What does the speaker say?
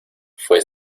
fue